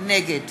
נגד